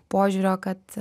požiūrio kad